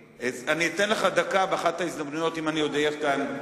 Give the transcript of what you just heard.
אתן לך דקה באחת ההזדמנויות אם עוד אהיה כאן.